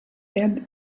and